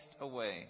away